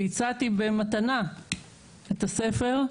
והצעתי במתנה את הספר,